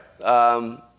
right